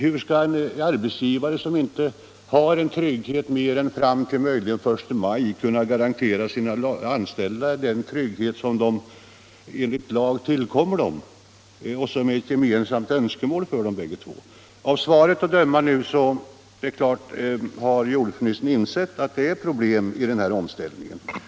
Hur skall en arbetsgivare som inte har trygghet mer än fram till möjligen den 1 maj kunna garantera sina anställda den trygghet som enligt lag tillkommer dem och som är ett gemensamt önskemål för bägge parterna? Det är klart att jordbruksministern av svaret att döma har insett att det finns problem med den här omställningen.